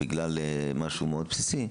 בגלל משהו מאוד בסיסי.